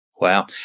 Wow